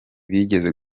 bize